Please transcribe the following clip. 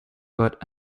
but